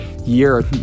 year